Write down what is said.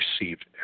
received